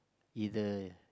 either